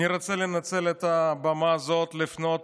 אני רוצה לנצל את הבמה הזאת, לפנות